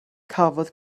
cafodd